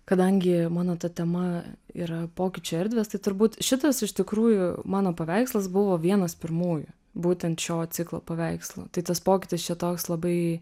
kadangi mano ta tema yra pokyčių erdvės tai turbūt šitas iš tikrųjų mano paveikslas buvo vienas pirmųjų būtent šio ciklo paveikslų tai tas pokytis čia toks labai